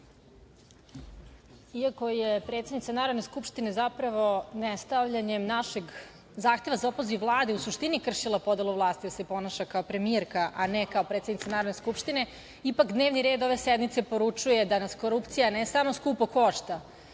Iako je predsednica Narodne skupštine zapravo, ne stavljanjem našeg zahteva za opoziv Vlade, u suštini, kršila podelu vlasti, jer se ponaša kao premijerka, a ne kao predsednica Narodne skupštine, ipak dnevni red ove sednice poručuje da nas korupcija ne samo skupo košta